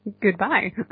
goodbye